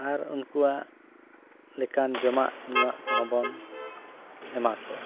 ᱟᱨ ᱩᱱᱠᱩᱣᱟᱜ ᱞᱮᱠᱟᱱ ᱡᱚᱢᱟᱜ ᱧᱩᱣᱟᱜ ᱠᱚᱦᱚᱸᱵᱚᱱ ᱮᱢᱟᱠᱚᱣᱟ